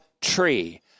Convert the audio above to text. tree